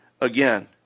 again